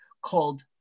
called